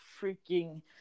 freaking